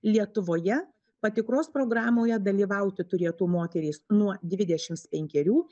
lietuvoje patikros programoje dalyvauti turėtų moterys nuo dvidešimts penkerių